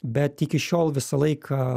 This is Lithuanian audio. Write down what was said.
bet iki šiol visą laiką